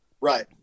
Right